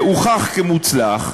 והוכח כמוצלח,